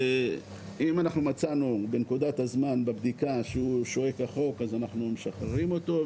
אם מצאנו בנקודת הזמן בבדיקה שהוא שוהה כחוק אז אנחנו משחררים אותו,